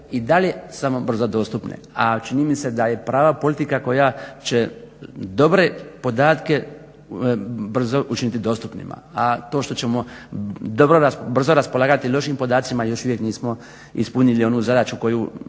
i dalje samo brzo dostupne. A čini mi se da je prava politika koja će dobre podatke brzo učiniti dostupnima, a to što ćemo brzo raspolagati lošim podacima još uvijek nismo ispunili onu zadaću koju